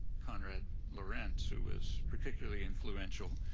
konrad lorenz, who was particularly influential,